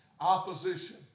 opposition